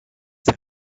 have